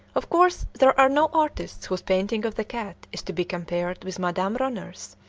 of course, there are no artists whose painting of the cat is to be compared with madame ronner's.